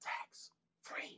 tax-free